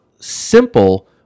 simple